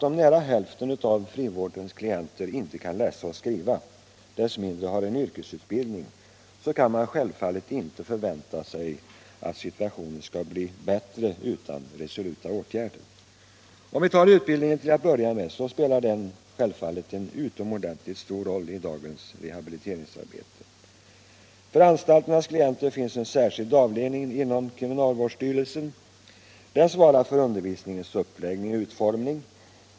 Om nära hälften av frivårdens klienter inte kan läsa och skriva, än mindre har en yrkesutbildning, så kan man självfallet inte förvänta sig att situationen skall bli bättre utan resoluta åtgärder. Om vi tar utbildningen till att börja med, så spelar den en utomordentligt stor roll i dagens rehabiliteringsarbete. För anstalternas klienter finns en särskild avdelning inom kriminalvårdsstyrelsen. Den svarar för undervisningens uppläggning och utformning.